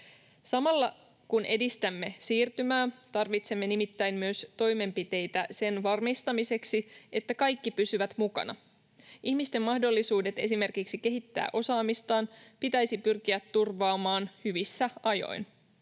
Samalla, kun edistämme siirtymää, tarvitsemme nimittäin myös toimenpiteitä sen varmistamiseksi, että kaikki pysyvät mukana. Ihmisten mahdollisuudet esimerkiksi kehittää osaamistaan pitäisi pyrkiä turvaamaan hyvissä ajoin,